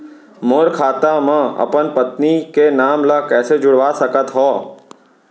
मोर खाता म अपन पत्नी के नाम ल कैसे जुड़वा सकत हो?